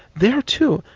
there too,